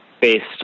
based